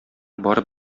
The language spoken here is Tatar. барып